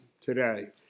today